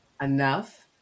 enough